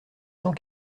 cent